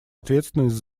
ответственность